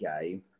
game